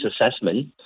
assessment